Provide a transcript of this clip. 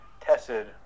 tested